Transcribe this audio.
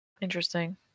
Interesting